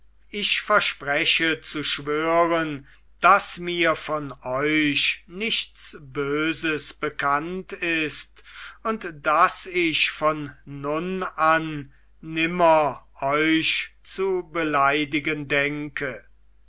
ich verspreche zu schwören daß mir von euch nichts böses bekannt ist und daß ich von nun an nimmer euch zu beleidigen denke